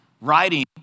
writing